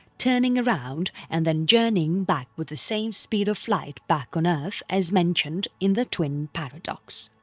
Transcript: turning around and then journeying back with the same speed of light back on earth as mentioned in the twin paradox.